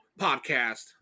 podcast